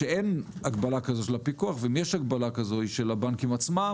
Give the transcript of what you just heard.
שאין הגבלה כזו של הפיקוח ואם יש הגבלה כזו היא של הבנקים עצמם,